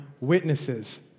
witnesses